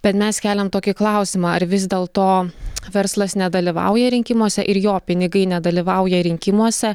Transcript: bet mes keliam tokį klausimą ar vis dėlto verslas nedalyvauja rinkimuose ir jo pinigai nedalyvauja rinkimuose